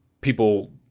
people